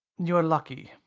you're lucky.